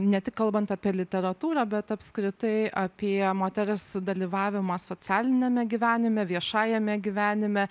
ne tik kalbant apie literatūrą bet apskritai apie moters dalyvavimą socialiniame gyvenime viešajame gyvenime